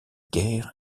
guerre